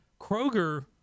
Kroger